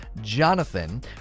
Jonathan